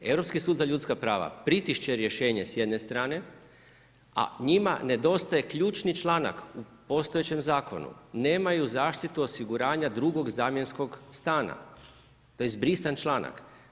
Europski sud za ljudska prava pritišće rješenje s jedne strane, a njima nedostaje ključni članak u postojećem zakonu, nemaju zaštitu osiguranja drugog zamjenskog stana, to je izbrisan članak.